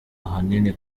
ahanini